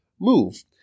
move